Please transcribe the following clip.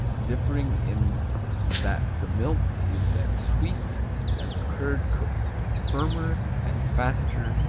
differing in that the milk is set sweet and the curd cooked firmer and faster,